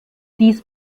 dies